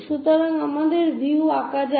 সুতরাং আমাদের ভিউ আঁকা যাক